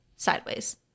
sideways